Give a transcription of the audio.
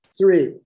Three